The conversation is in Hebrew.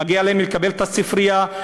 מגיע להם לקבל ספרייה,